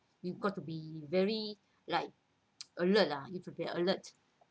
you've got to be very like alert lah you have be alert